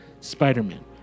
Spider-Man